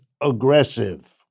aggressive